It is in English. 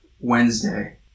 Wednesday